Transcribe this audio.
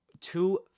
two